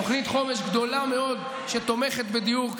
תוכנית חומש גדולה מאוד שתומכת בדיור,